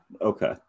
Okay